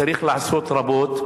צריך לעשות רבות,